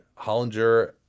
hollinger